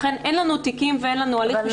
לכן אין לנו תיקים ואין לנו הליך משפטי.